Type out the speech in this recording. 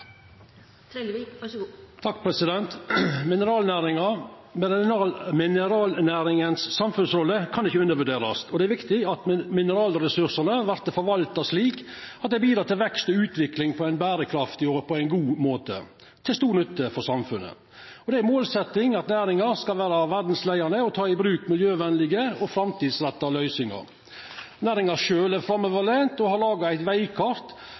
viktig at mineralressursane vert forvalta slik at dei bidreg til vekst og utvikling på ein bærekraftig og god måte til stor nytte for samfunnet. Det er ei målsetjing at næringa skal vera verdsleiande og ta i bruk miljøvenlege og framtidsretta løysingar. Næringa sjølv er framoverlent og har laga eit